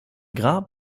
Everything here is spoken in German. grab